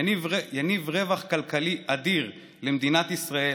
יניב רווח כלכלי אדיר למדינת ישראל